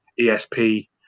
ESP